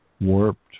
warped